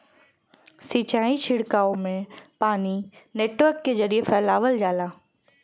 सिंचाई छिड़काव में पानी नेटवर्क के जरिये फैलावल जाला